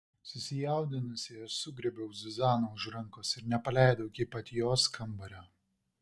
susijaudinusi aš sugriebiau zuzaną už rankos ir nepaleidau iki pat jos kambario